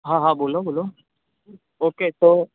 હા હા બોલો બોલો ઓકે તો